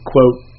quote